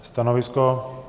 Stanovisko?